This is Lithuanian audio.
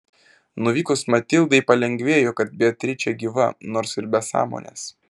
nuvykus matildai palengvėjo kad beatričė gyva nors ir be sąmonės